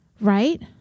Right